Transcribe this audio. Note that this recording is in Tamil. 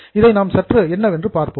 இதை நாம் சற்று என்னவென்று பார்ப்போம்